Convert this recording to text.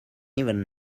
even